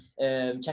Check